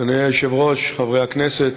אדוני היושב-ראש, חברי הכנסת,